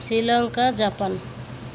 Sri Lanka Japan